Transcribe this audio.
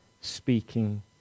Speaking